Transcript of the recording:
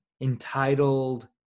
entitled